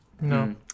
no